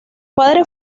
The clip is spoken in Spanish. padre